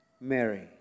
Mary